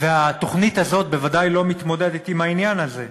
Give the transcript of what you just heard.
והתוכנית הזאת בוודאי לא מתמודדת עם העניין הזה.